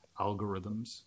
algorithms